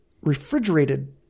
refrigerated